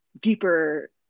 deeper